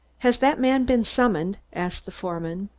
has that man been summoned? asked the foreman.